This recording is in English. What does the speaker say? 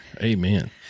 Amen